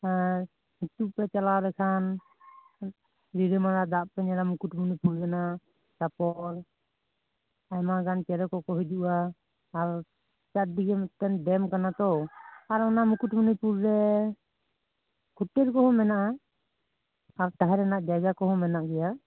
ᱦᱮᱻ ᱩᱴᱩᱵ ᱯᱮ ᱪᱟᱞᱟᱣ ᱞᱮᱠᱷᱟᱱ ᱱᱤᱨᱟ ᱢᱟᱬᱟ ᱫᱟᱜ ᱯᱮ ᱧᱮᱞᱟ ᱢᱩᱠᱩᱴᱢᱚᱱᱤᱯᱩᱨ ᱨᱮᱭᱟᱜ ᱛᱟᱯᱚᱨ ᱟᱭᱢᱟᱜᱟᱱ ᱪᱮᱬᱮ ᱠᱚ ᱠᱚ ᱦᱤᱡᱩᱜ ᱟ ᱟᱨ ᱪᱟᱨᱫᱤᱠᱮ ᱢᱤᱫᱴᱟᱱ ᱰᱮᱢ ᱠᱟᱱᱟ ᱛᱚ ᱟᱨ ᱚᱱᱟ ᱢᱩᱠᱩᱴᱢᱩᱱᱤᱯᱩᱨ ᱨᱮ ᱦᱳᱴᱮᱞ ᱠᱚᱦᱚ ᱢᱮᱱᱟᱜᱼᱟ ᱟᱨ ᱛᱟᱦᱮᱸ ᱨᱮᱭᱟᱜ ᱡᱟᱭᱜᱟ ᱠᱚᱦᱚᱸ ᱢᱮᱱᱟᱜ ᱜᱮᱭᱟ